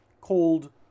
called